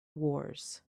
wars